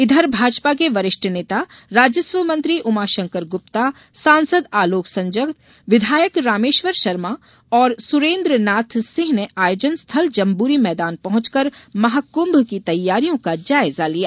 इधर भाजपा के वरिष्ठ नेता राजस्व मंत्री उमाशंकर गुप्ता सांसद आलोक संजर विधायक रामेश्वर शर्मा ओर सुरेन्द्र नाथ सिंह ने आयोजन स्थल जम्बूरी मैदान पहुंचकर महाकुंभ की तैयारियों का जायजा लिया